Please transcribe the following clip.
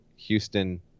Houston